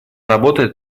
работает